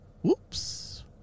Whoops